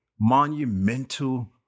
monumental